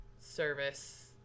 service